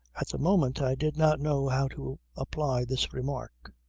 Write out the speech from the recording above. at the moment i did not know how to apply this remark.